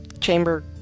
Chamber